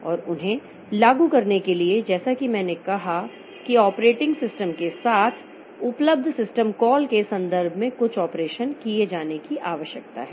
और उन्हें लागू करने के लिए जैसा कि मैंने कहा कि ऑपरेटिंग सिस्टम के साथ उपलब्ध सिस्टम कॉल के संदर्भ में कुछ ऑपरेशन किए जाने की आवश्यकता है